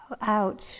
ouch